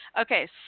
Okay